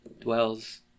dwells